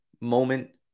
moment